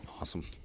awesome